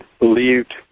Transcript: believed